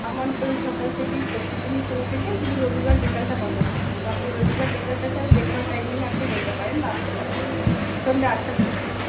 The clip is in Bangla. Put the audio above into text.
আমার তো সকাল থেকেই প্রত্যেক দিনই খোলা থাকে শুধু রবিবার বিকেলটা বন্ধ থাকে তো আপনি রবিবার বিকেলটা ছাড়া আপনি যে কোন টাইমেই আপনি বলতে পারেন বা আসতে পারেন সন্ধ্যে আটটার মধ্যে